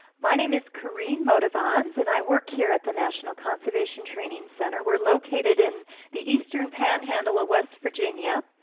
my name is karene motivans, and i work here at the national conservation training center. we're located in the eastern panhandle of ah west virginia,